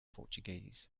portuguese